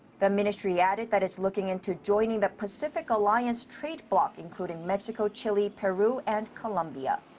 the ministry added that it's looking into joining the pacific alliance trade bloc including mexico, chile, peru and columbia.